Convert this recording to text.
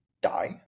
die